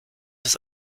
des